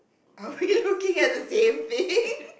are we looking at the same thing